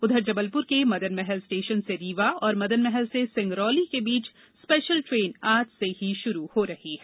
उधर जबलपुर के मदनमहल स्टेशन से रीवा और मदनमहल से सिंगरौली के बीच स्पेशल ट्रेन आज से ही शुरू हो रही है